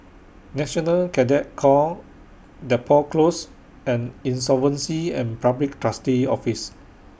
National Cadet Corps Depot Close and Insolvency and Public Trustee's Office